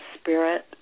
spirit